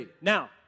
Now